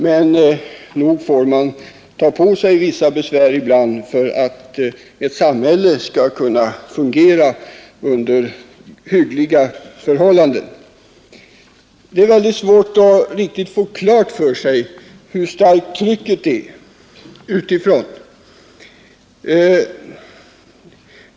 Men nog får man ta på sig vissa besvär ibland för att ett samhälle skall kunna fungera under hyggliga förhållanden. Det är mycket svårt att riktigt få klart för sig hur starkt trycket är utifrån.